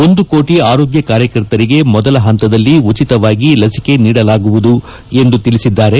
ಒಂದು ಕೋಟಿ ಆರೋಗ್ಯ ಕಾರ್ಯಕರ್ತರಿಗೆ ಮೊದಲ ಹಂತದಲ್ಲಿ ಉಚಿತವಾಗಿ ಲಸಿಕೆ ನೀಡಲಾಗುವುದು ಎಂದು ತಿಳಿಸಿದ್ದಾರೆ